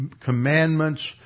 commandments